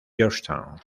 georgetown